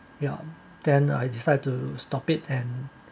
ya then I decide to stop it and